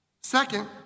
Second